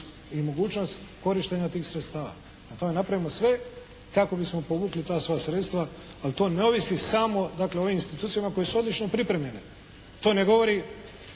i mogućnost korištenja tih sredstava. Dakle, napravimo sve kako bismo povukli ta sva sredstva ali to ne ovisi samo dakle o ovim institucijama koje su odlično pripremljene. To ne govori